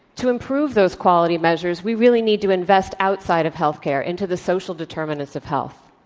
to improve those quality measures, we really need to invest outside of health care into the social determinants of health.